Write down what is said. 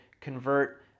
convert